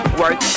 work